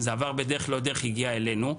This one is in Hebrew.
זה עבר בדרך לא דרך והגיע אלינו.